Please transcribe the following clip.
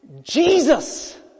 Jesus